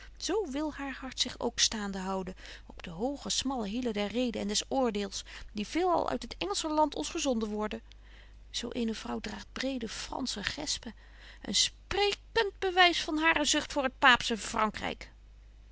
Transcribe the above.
zo wil haar hart zich ook staande houden op de hoge smalle hielen der reden en des oordeels die veel al uit het engelsche land ons gezonden worden zo eene vrouw draagt brede fransche gespen een sprekent bewys van hare zucht voor het paapsche vrankryk